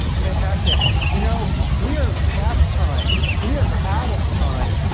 fantastic! you know we are past time. we are out of time.